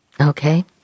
Okay